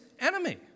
enemy